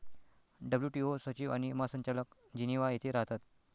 WTO सचिव आणि महासंचालक जिनिव्हा येथे राहतात